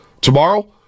Tomorrow